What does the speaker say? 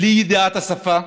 בלי ידיעת השפה,